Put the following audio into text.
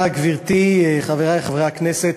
גברתי, תודה, חברי חברי הכנסת,